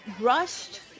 rushed